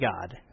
God